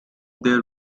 there